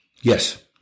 Yes